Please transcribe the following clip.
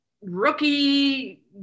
rookie